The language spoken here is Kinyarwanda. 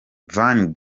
van